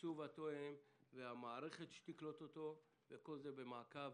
והתקצוב התואם והמערכת שתקלוט אותו, וכל זה במעקב.